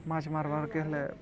ମାଛ୍ ମାର୍ବାର୍କେ ହେଲେ